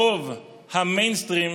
הרוב, המיינסטרים,